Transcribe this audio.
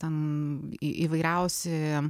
ten įvairiausi